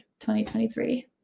2023